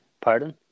Pardon